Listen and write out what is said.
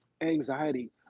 anxiety